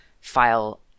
file